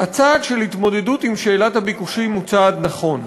הצעד של התמודדות עם שאלת הביקושים הוא צעד נכון.